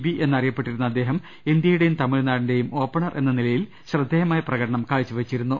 B എന്നറിയപ്പെട്ടിരുന്ന അദ്ദേഹം India യുടേയും തമിഴ്നാടിന്റേയും ഓപ്പണർ എന്ന നിലയിലും ശ്രദ്ധേയ പ്രകടനം കാഴ്ച്ചവെച്ചിരുന്നു